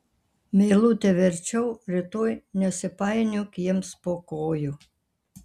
meilute verčiau rytoj nesipainiok jiems po kojų